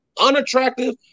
unattractive